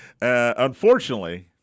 Unfortunately